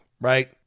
right